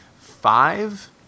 five